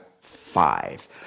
five